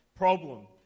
problem